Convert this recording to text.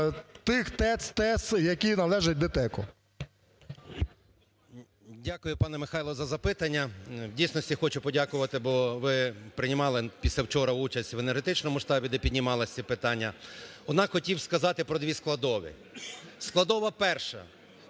ТЕЦ, ТЕС, які належатьДТЕКу.